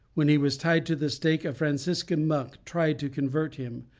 when he was tied to the stake, a franciscan monk tried to convert him,